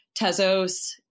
Tezos